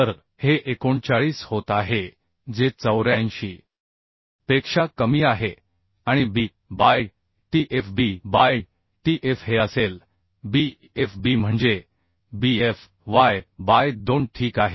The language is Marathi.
तर हे 39 होत आहे जे 84 पेक्षा कमी आहे आणि B by Tf B by Tf हे असेल Bf B म्हणजे Bfy बाय 2 ठीक आहे